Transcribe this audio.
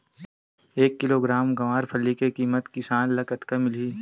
एक किलोग्राम गवारफली के किमत किसान ल कतका मिलही?